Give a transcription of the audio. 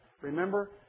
Remember